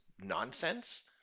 nonsense